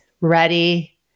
ready